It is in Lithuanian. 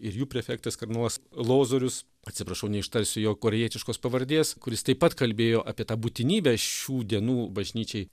ir jų prefektas kardinolas lozorius atsiprašau neištarsiu jo korėjietiškos pavardės kuris taip pat kalbėjo apie tą būtinybę šių dienų bažnyčiai